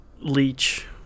leech